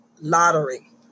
lottery